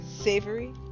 savory